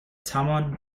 tama